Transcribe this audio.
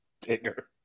Digger